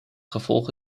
gevolg